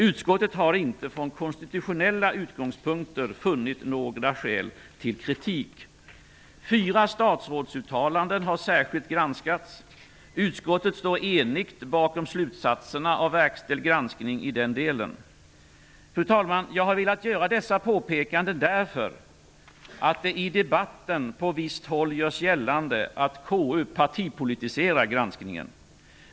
Utskottet har inte från konstitutionella utgångspunkter funnit några skäl till kritik. Fyra statsrådsuttalanden har särskilt granskats. Utskottet står enigt bakom slutsatserna av verkställd granskning i den delen. Fru talman! Jag har velat göra dessa påpekanden, därför att det i debatten på visst håll görs gällande att KU partipolitiserar granskningen.